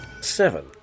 Seven